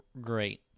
great